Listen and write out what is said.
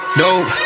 dope